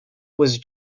was